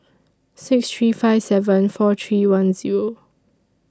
six three five seven four three one Zero